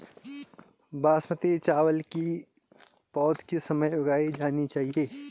बासमती चावल की पौध किस समय उगाई जानी चाहिये?